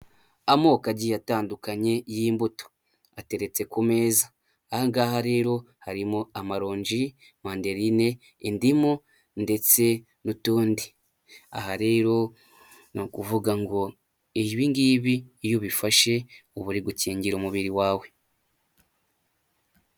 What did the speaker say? Amoko agiye atandukanye y'imbuto. ateretse ku meza. ahangaha rero harimo amaronji, manderiine, indimu, ndetse n'utundi. Aha rero n'ukuvuga ngo ibingibi iyo ubifashe, ubu uri gukingira umubiri wawe.